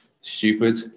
stupid